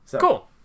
Cool